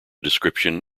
description